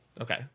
Okay